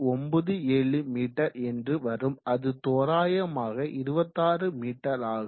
97 மீ என்று வரும் அது தோராயமாக 26 மீ ஆகும்